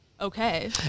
okay